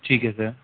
ਠੀਕ ਹੈ ਸਰ